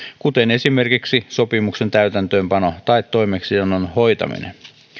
esimerkiksi sopimuksen täytäntöönpano tai toimeksiannon hoitaminen